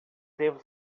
devo